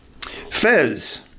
Fez